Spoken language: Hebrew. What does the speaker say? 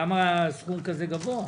למה סכום כזה גבוה?